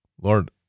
Lord